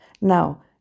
Now